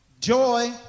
joy